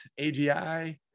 AGI